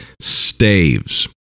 staves